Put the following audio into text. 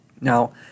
Now